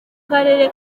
karere